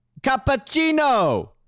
cappuccino